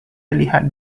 terlihat